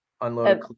unload